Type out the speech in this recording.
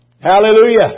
Hallelujah